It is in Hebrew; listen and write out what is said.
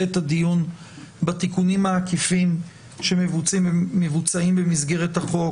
את הדיון בתיקונים העקיפים שמבוצעים במסגרת החוק.